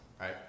right